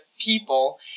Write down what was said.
people